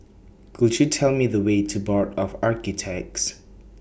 Could YOU Tell Me The Way to Board of Architects